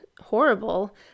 horrible